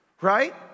right